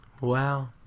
Wow